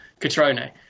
Catrone